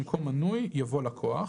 במקום "מנוי" יבוא "לקוח".